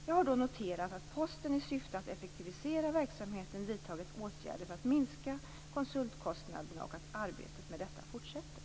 Jag har då noterat att Posten i syfte att effektivisera verksamheten vidtagit åtgärder för att minska konsultkostnaderna och att arbetet med detta fortsätter.